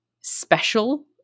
special